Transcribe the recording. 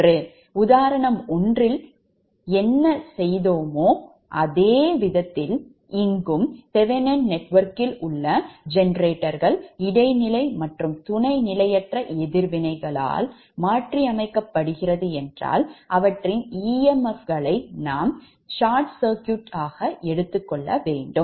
ஆகவே உதாரணம் 1 செய்த விதத்தில் தெவெனின் நெட்வொர்க்கில் உள்ள ஜெனரேட்டர்கள் இடைநிலை மற்றும் துணை நிலையற்ற எதிர்வினைகளால் மாற்றியமைக்கபடுகிறது என்றால் அவற்றின் emf களைக் நாம் shortகுறுகிய சுற்று ஆக எடுத்துக்கொள்ள வேண்டும்